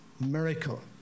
miracle